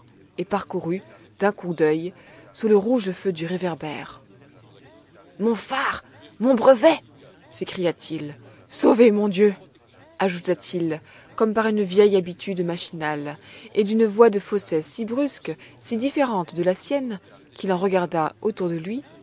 et parcourut d'un coup d'œil sous le rouge feu du réverbère mon phare mon brevet s'écria-t-il sauvé mon dieu ajouta-t-il comme par une vieille habitude machinale et d'une voix de fausset si brusque si différente de la sienne qu'il en regarda autour de lui